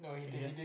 I guess